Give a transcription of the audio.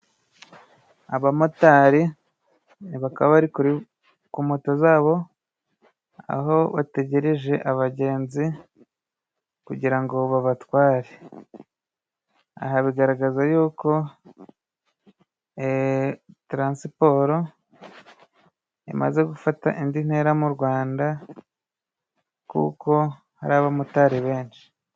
Abamotari bakaba bari kuri moto zabo aho bategerereje abagenzi kugira ngo babatware. Aha bigaragaza ko transiporo imaze gufata indi ntera mu Rwanda, kuko hari abamotari benshi.